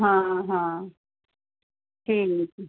हाँ हाँ ठीक